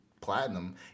platinum